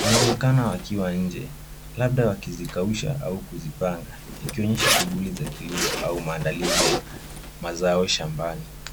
Wanaonekana wakiwa nje, labda wakizikausha au kuzipanga, ikionyesha shughuli za kilimo au maandalizi ya mazao shambani.